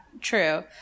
true